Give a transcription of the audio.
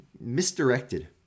misdirected